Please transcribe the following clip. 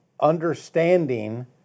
understanding